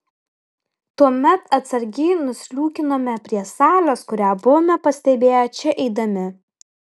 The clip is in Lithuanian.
tuomet atsargiai nusliūkinome prie salės kurią buvome pastebėję čia eidami